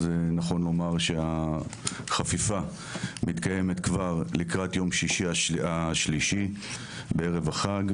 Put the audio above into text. אז נכון לומר שהחפיפה מתקיימת כבר לקראת יום שישי השלישי בערב החג,